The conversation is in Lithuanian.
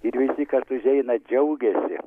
ir visi kas užeina džiaugiasi